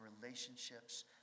relationships